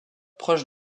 proche